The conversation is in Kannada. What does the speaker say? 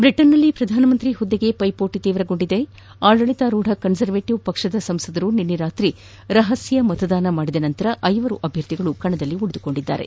ಬ್ರಿಟನ್ನಲ್ಲಿ ಪ್ರಧಾನಮಂತ್ರಿ ಹುದ್ದೆಗೆ ಪೈಪೋಟಿ ತೀವ್ರಗೊಂಡಿದ್ದು ಆದಳಿತಾರೂಥ ಕನ್ಸರ್ವೇಟಿವ್ ಪಕ್ಷದ ಸಂಸದರು ನಿನ್ನೆ ರಾತ್ರಿ ರಹಸ್ಯ ಮತದಾನ ಮಾದಿದ ನಂತರ ಐವರು ಅಭ್ಯರ್ಥಿಗಳ ನಡುವೆ ಸ್ಪರ್ಧೆ ಏರ್ಪಟ್ಟಿದೆ